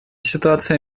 ситуация